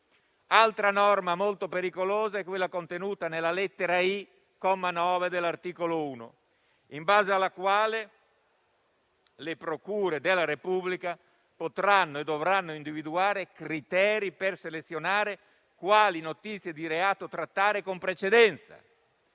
Altra norma molto pericolosa è quella contenuta nella lettera *i*), comma 9 dell'articolo 1, in base alla quale le procure della Repubblica potranno e dovranno individuare criteri per selezionare quali notizie di reato trattare con precedenza;